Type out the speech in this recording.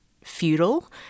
feudal